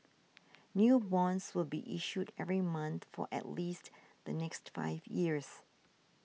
new bonds will be issued every month for at least the next five years